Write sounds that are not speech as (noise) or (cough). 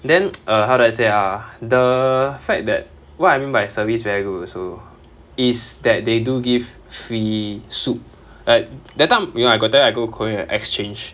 then (noise) err how do I say ah the fact that what I mean by service very good also is that they do give free soup like that time you know I got tell you I go korea exchange